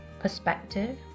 perspective